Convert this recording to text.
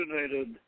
originated